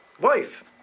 wife